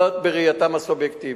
זה בראייתם הסובייקטיבית.